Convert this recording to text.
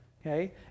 okay